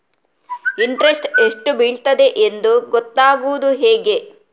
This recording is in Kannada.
ಇಂಟ್ರೆಸ್ಟ್ ಎಷ್ಟು ಬೀಳ್ತದೆಯೆಂದು ಗೊತ್ತಾಗೂದು ಹೇಗೆ?